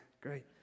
Great